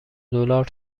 دلار